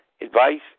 advice